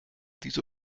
diese